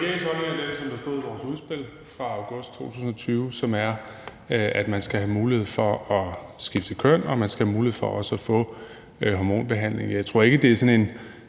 er den, der stod i vores udspil fra august 2020, og som er, at man skal have mulighed for at skifte køn og man skal have mulighed for også at få hormonbehandling. Jeg tror ikke, det er sådan en